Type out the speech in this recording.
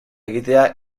egitea